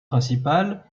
principal